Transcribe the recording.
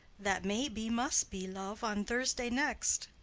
that may be must be, love, on thursday next.